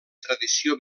tradició